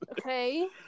Okay